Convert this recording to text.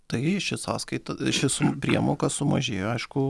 tai ši sąskaita su priemoka sumažėjo aišku